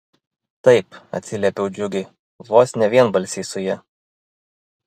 taip atsiliepiau džiugiai vos ne vienbalsiai su ja